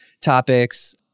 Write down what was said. topics